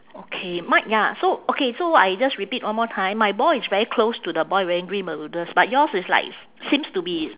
okay my ya so okay so I just repeat one more time my ball is very close to the boy wearing green bermudas but yours is like seems to be